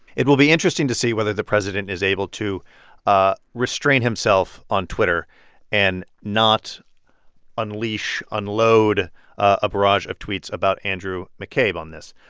it will be interesting to see whether the president is able to ah restrain himself on twitter and not unleash, unload a barrage of tweets about andrew mccabe on this.